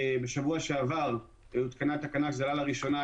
בשבוע שעבר הותקנה תקנה לראשונה,